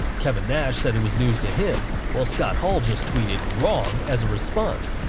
kevin nash said it was news to him, whilst scott hall just tweeted wrong as a response,